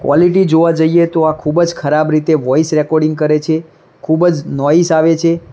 quality જોવા જઈએ તો આ ખૂબ જ ખરાબ રીતે વોઈસ રેકોડીંગ કરે છે ખૂબ જ નોઈસ આવે છે